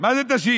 מה זה תשיב?